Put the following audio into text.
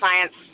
science